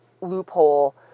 loophole